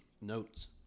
notes